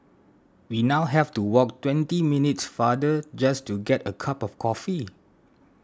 we now have to walk twenty minutes farther just to get a cup of coffee